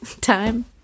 Time